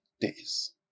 days